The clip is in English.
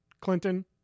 Clinton